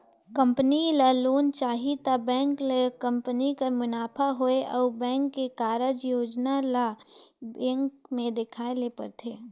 company ल loan चाही त बेंक ल कंपनी कर मुनाफा होए अउ बेंक के कारज योजना ल बेंक में देखाए ले परथे